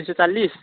दुई सौ चालिस